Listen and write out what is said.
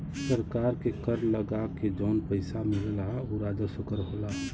सरकार के कर लगा के जौन पइसा मिलला उ राजस्व कर होला